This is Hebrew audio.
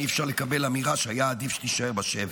אי-אפשר לקבל אמירה שהיה עדיף שהיא תישאר בשבי,